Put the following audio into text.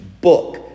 book